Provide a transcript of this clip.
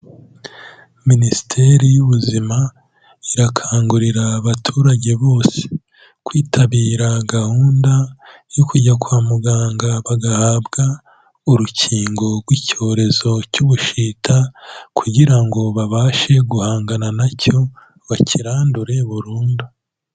Minisiteri y'Ubuzima irakangurira abaturage bose, kwitabira gahunda yo kujya kwa muganga bagahabwa urukingo rw'icyorezo cy'Ubushita kugira ngo babashe guhangana na cyo bakirandure burundu.